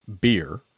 beer